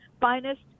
finest